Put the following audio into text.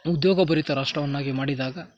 ಉದ್ಯೋಗ ಭರಿತ ರಾಷ್ಟ್ರವನ್ನಾಗಿ ಮಾಡಿದಾಗ